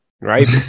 Right